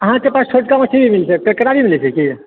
अहाँके पास छोटका मछली मिलतै नै मिलै छै की